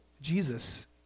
Jesus